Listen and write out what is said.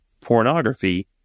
pornography